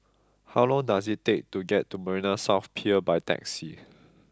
how long does it take to get to Marina South Pier by taxi